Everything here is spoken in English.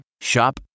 Shop